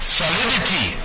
solidity